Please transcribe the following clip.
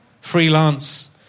Freelance